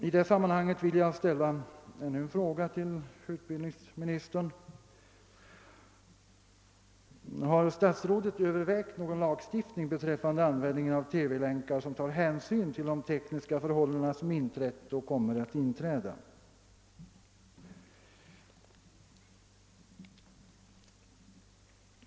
I detta sammanhang vill jag ställa ännu en fråga till utbildningsministern: Har statsrådet övervägt någon lagstiftning beträffande användning av TV-länkar som tar hänsyn till de tekniska förhållanden som inträtt och kommer att inträda?